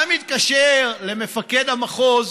היה מתקשר למפקד המחוז,